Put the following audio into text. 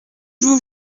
vous